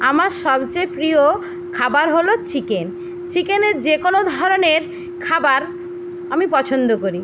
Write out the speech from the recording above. আমার সবচেয়ে প্রিয় খাবার হলো চিকেন চিকেনের যে কোনো ধরনের খাবার আমি পছন্দ করি